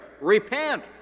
repent